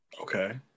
Okay